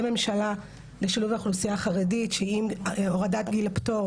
ממשלה לשילוב אוכלוסייה חרדית שעם הורדת גיל הפטור